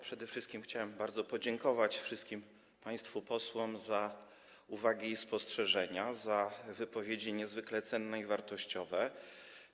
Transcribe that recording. Przede wszystkim chciałem bardzo podziękować wszystkim państwu posłom za uwagi i spostrzeżenia, za niezwykle cenne i wartościowe wypowiedzi.